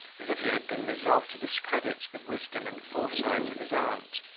as if he had been resolved to discredit the wisdom and foresight of his aunt,